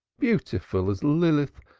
beautiful as lilith,